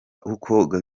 uko